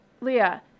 Leah